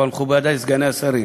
אבל מכובדי סגני השרים,